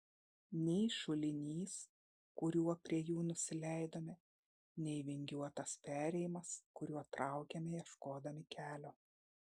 nei šulinys kuriuo prie jų nusileidome nei vingiuotas perėjimas kuriuo traukėme ieškodami kelio